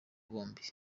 bombi